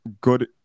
good